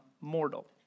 mortal